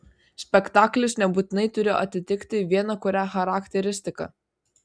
spektaklis nebūtinai turi atitikti vieną kurią charakteristiką